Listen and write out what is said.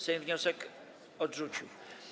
Sejm wniosek odrzucił.